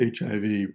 HIV